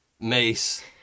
Mace